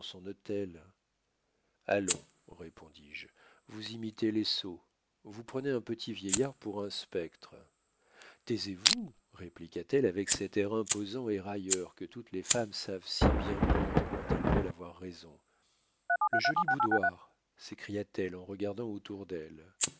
son hôtel allons répondis-je vous imitez les sots vous prenez un petit vieillard pour un spectre taisez-vous répliqua-t-elle avec cet air imposant et railleur que toutes les femmes savent si bien prendre quand elles veulent avoir raison le joli boudoir s'écria-t-elle en regardant autour d'elle